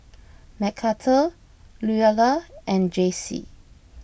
Mcarthur Luella and Jacey